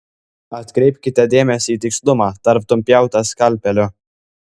atkreipkite dėmesį į tikslumą tartum pjauta skalpeliu